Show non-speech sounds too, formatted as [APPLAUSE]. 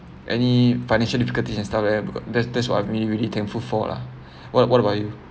any financial difficulties and stuff that's that's what I really really thankful for lah [BREATH] what what about you